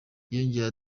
yongeyeho